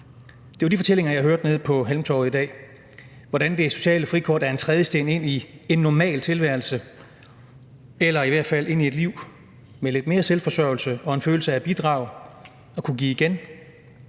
Det var de fortællinger, jeg hørte nede på Halmtorvet i dag; hvordan det sociale frikort er en trædesten ind i en normal tilværelse eller i hvert fald ind i et liv med lidt mere selvforsørgelse og en følelse af at bidrage og kunne give igen.